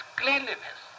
cleanliness